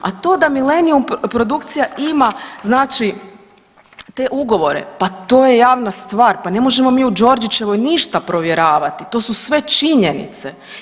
A to da Millenium produkcija ima znači te ugovore, pa to je javna stvar, pa ne možemo mi u Đorđićevoj ništa provjeravati, to su sve činjenice.